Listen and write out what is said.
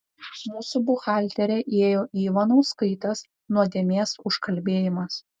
mūsų buhalterė ėjo į ivanauskaitės nuodėmės užkalbėjimas